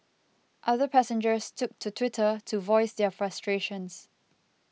other passengers took to Twitter to voice their frustrations